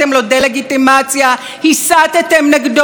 עשיתם כאן ישיבה מיוחדת בכנסת שבה התחריתם